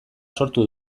sortu